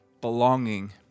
belonging